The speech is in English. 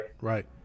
Right